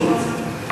בבקשה.